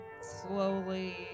slowly